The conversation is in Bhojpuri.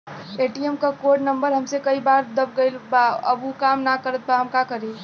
ए.टी.एम क कोड नम्बर हमसे कई बार दब गईल बा अब उ काम ना करत बा हम का करी?